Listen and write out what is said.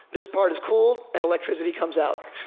this part is cool, and electricity comes out.